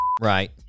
Right